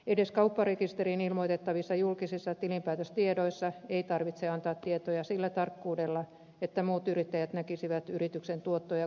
edes kaupparekisteriin ilmoitettavissa julkisissa tilinpäätöstiedoissa ei tarvitse antaa tietoja sillä tarkkuudella että muut yrittäjät näkisivät yrityksen tuotto ja kulurakenteen